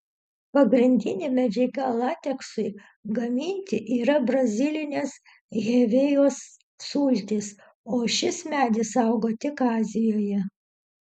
pagrindinė medžiaga lateksui gaminti yra brazilinės hevėjos sultys o šis medis auga tik azijoje